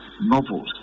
Novels